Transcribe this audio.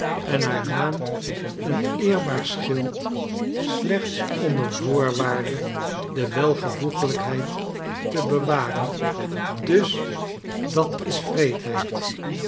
en haar naam een eerbaar schild slechts onder voorwaarde de welvoegelijkheid te bewaren dus dat is